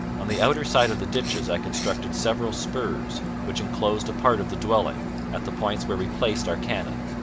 on the outer side of the ditches i constructed several spurs, which enclosed a part of the dwelling, at the points where we placed our cannon.